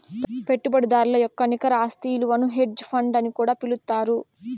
పెట్టుబడిదారుల యొక్క నికర ఆస్తి ఇలువను హెడ్జ్ ఫండ్ అని కూడా పిలుత్తారు